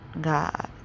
God